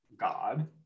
god